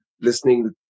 listening